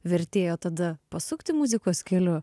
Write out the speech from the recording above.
vertėjo tada pasukti muzikos keliu